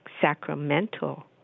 sacramental